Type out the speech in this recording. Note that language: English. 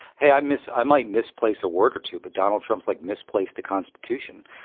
hey, i miss. i might misplace a word or two, but donald trump's like misplaced the constitution.